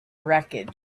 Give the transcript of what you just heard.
wreckage